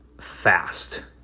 fast